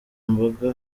imbaga